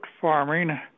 farming